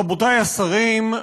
רבותי השרים,